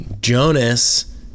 Jonas